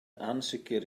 ansicr